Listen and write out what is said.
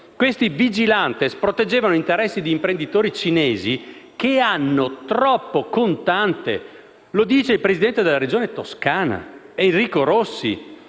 Questi "*vigilantes*" proteggevano interessi di imprenditori cinesi, che hanno troppo denaro contante: lo dice il presidente della Regione Toscana, Enrico Rossi.